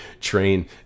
train